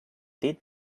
did